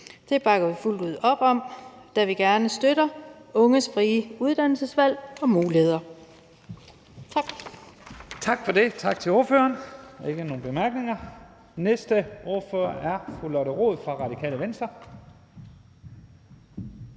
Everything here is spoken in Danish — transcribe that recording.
Det bakker vi fuldt ud op om, da vi gerne støtter unges frie uddannelsesvalg og muligheder. Tak.